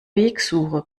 wegsuche